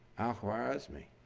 al-khwarizmi?